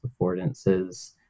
affordances